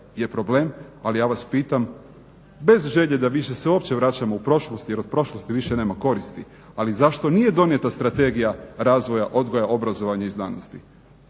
je problem, ali ja vas pitam bez želje da više se uopće vraćamo u prošlost jer od prošlosti više nema koristi, ali zašto nije donijeta Strategija razvoja odgoja, obrazovanja i znanosti?